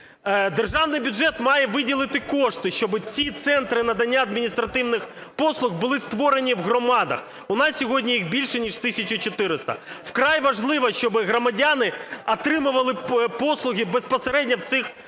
Державний бюджет має виділити кошти, щоб ці центри надання адміністративних послуг були створені в громадах. У нас сьогодні їх більше, ніж 1 тисяча 400. Вкрай важливо, щоб громадяни отримували послуги безпосередньо в цих центрах